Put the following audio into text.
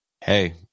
Hey